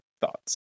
Thoughts